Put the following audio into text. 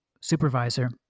supervisor